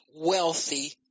wealthy